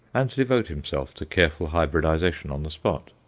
and devote himself to careful hybridization on the spot.